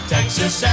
Texas